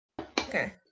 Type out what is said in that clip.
Okay